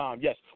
Yes